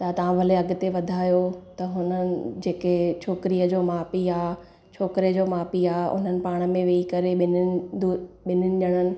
त तव्हां भले अॻिते वधायो त हुननि जेके छोकिरीअ जो माउ पीउ आहे छोकिरे जो माउ पीउ आहे हुननि पाण में वेई करे ॿिन्हिनि दूत ॿिन्हिनि ॼणनि